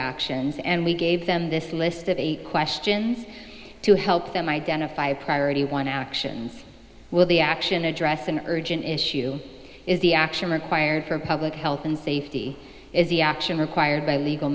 actions and we gave them this list of eight questions to help them identify a priority one actions will be action to address an urgent issue is the action required for public health and safety is the action required by legal